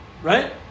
Right